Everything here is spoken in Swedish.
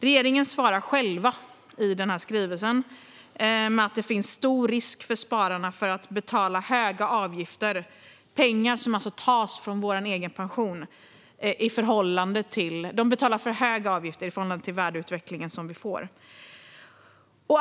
Regeringen svarar själv i skrivelsen att det finns stor risk att spararna får betala höga avgifter - pengar som alltså tas från vår egen pension - i förhållande till den värdeutveckling vi får.